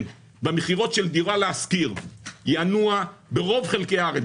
במכירות של דירה להשכיר ינוע ברוב חלקי הארץ,